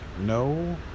No